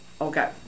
Okay